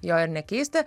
jo ir nekeisti